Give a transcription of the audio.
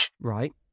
Right